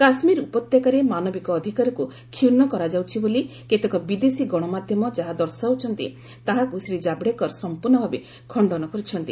କାଶ୍ମୀର ଉପତ୍ୟକାରେ ମାନବିକ ଅଧିକାରକୁ କ୍ଷୁଣ୍ଣ କରାଯାଉଛି ବୋଲି କେତେକ ବିଦେଶୀ ଗଣମାଧ୍ୟମ ଯାହା ଦର୍ଶାଉଛନ୍ତି ତାହାକୁ ଶ୍ରୀ ଜାବ୍ଡେକର ସମ୍ପର୍ଷଭାବେ ଖଣ୍ଡନ କରିଛନ୍ତି